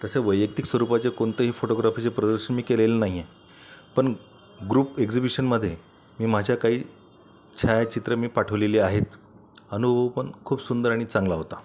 तसे वैयक्तिक स्वरूपाचे कोणतेही फोटोग्राफीचे प्रदर्शन मी केलेले नाही आहे पण ग्रुप एक्झिबिशनमध्ये मी माझ्या काही छायाचित्रं मी पाठवलेली आहेत अनुभव पण खूप सुंदर आणि चांगला होता